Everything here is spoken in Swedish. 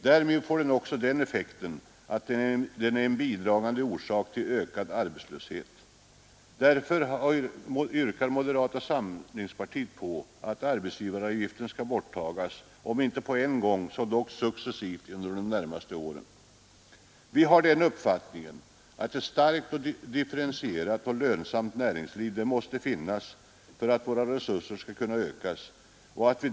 Därmed får den också den effekten att den bidrar till ökad arbetslöshet. Därför yrkar moderata samlingspartiet att arbetsgivaravgiften skall tas bort — om inte på en gång så dock successivt under de närmaste åren. Vi har den uppfattningen att ett starkt differentierat och lönsamt näringsliv måste finnas för att resurserna skall kunna ökas.